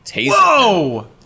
Whoa